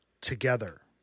together